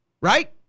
right